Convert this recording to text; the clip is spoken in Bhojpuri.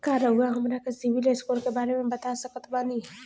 का रउआ हमरा के सिबिल स्कोर के बारे में बता सकत बानी?